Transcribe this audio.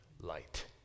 light